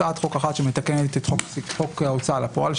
הצעת חוק אחת שמתקנת את חוק ההוצאה לפועל,